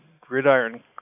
Gridiron